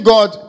God